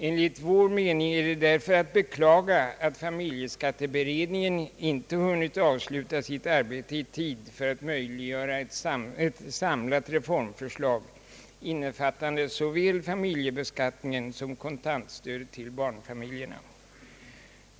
Enligt vår mening är det därför att beklaga, att familjeskatteberedningen inte hunnit avsluta sitt arbete i tid för att möjliggöra ett samlat reformförslag, innefattande såväl familjebeskattningen som kontantstödet till barnfamiljerna.